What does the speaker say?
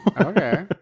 okay